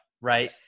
right